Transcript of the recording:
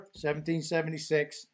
1776